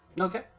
Okay